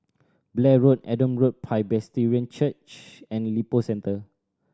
Blair Road Adam Road Presbyterian Church and Lippo Centre